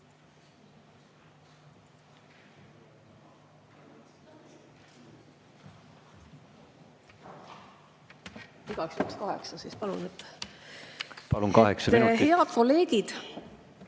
Palun, kaheksa minutit! Head kolleegid!